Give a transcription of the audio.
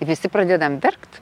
visi pradedam verkt